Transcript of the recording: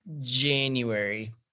January